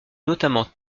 notamment